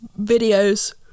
videos